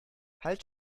halt